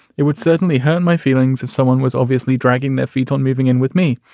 it would certainly hurt my feelings if someone was obviously dragging their feet on moving in with me.